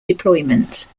deployment